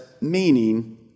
meaning